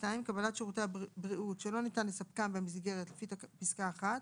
(2)קבלת שירותי בריאות שלא ניתן לספקם במסגרת לפי פסקה (1),